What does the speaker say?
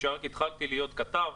כשרק התחלתי להיות כתב,